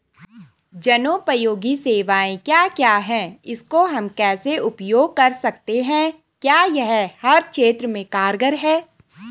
जनोपयोगी सेवाएं क्या क्या हैं इसको हम कैसे उपयोग कर सकते हैं क्या यह हर क्षेत्र में कारगर है?